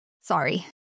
Sorry